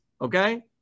okay